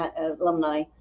alumni